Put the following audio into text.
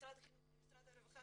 ולמשרד החינוך ולמשרד הרווחה